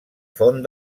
font